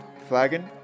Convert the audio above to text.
flagon